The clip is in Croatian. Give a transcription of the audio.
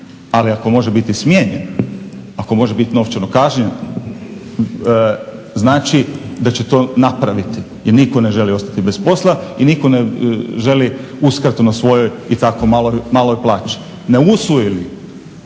Ali ako može biti smijenjen, ako može biti novčano kažnjen znači da će to napraviti jer nitko ne želi ostati bez posla i nitko ne želi uskratu na svojoj i tako maloj plaći. Ne usvoji li